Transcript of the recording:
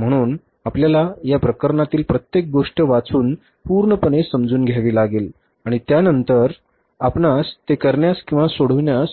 म्हणून आपल्याला या प्रकरणातील प्रत्येक गोष्ट वाचून पूर्णपणे समजून घ्यावी लागेल आणि त्यानंतर आपणास ते करण्यास किंवा सोडवण्यास